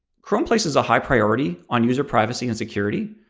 chrome places a high priority on user privacy and security.